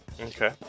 Okay